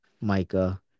Micah